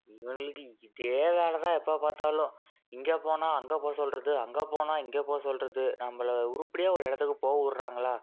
இவனுங்களுக்கு இதே வேலை தான் எப்போ பார்த்தாலும் இங்கே போனால் அங்கே போ சொல்லுறது அங்கே போனால் இங்கே போக சொல்லுறது நம்மளை உருப்படியாக ஒரு இடத்துக்கு போக விட்றாங்களா